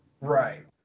Right